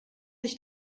sich